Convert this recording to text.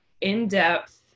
in-depth